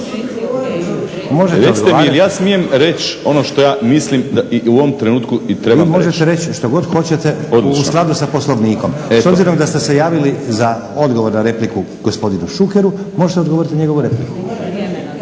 Recite mi jel' ja smijem reći ono što ja mislim da i u ovom trenutku trebam reći? **Stazić, Nenad (SDP)** Vi možete reći što god hoćete u skladu sa Poslovnikom. S obzirom da ste se javili za odgovor na repliku gospodinu Šukeru možete odgovoriti na njegovu repliku.